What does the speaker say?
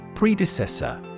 Predecessor